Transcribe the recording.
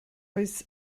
oes